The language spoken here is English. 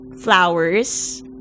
flowers